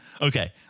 Okay